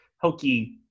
hokey